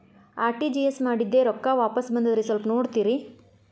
RTGS ಮಾಡಿದ್ದೆ ರೊಕ್ಕ ವಾಪಸ್ ಬಂದದ್ರಿ ಸ್ವಲ್ಪ ನೋಡ್ತೇರ?